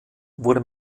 wurde